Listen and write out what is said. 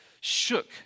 shook